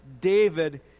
David